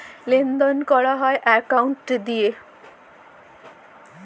লেলদেল ক্যরা হ্যয় যে একাউল্ট দিঁয়ে